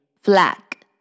Flag